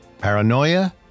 Paranoia